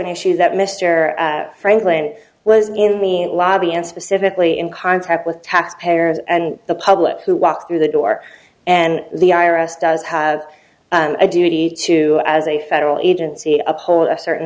an issue that mr at franklin was in me and lobby and specifically in contact with tax payers and the public who walked through the door and the i r s does have a duty to as a federal agency uphold a certain